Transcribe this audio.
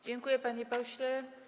Dziękuję, panie pośle.